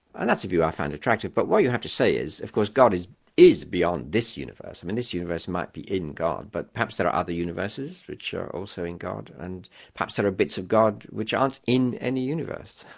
and that's a view i find attractive but what you have to say is of course god is is beyond this universe, i mean this universe might be in god but perhaps there are other universes which are also in god and perhaps there are sort of bits of god which aren't in any universe.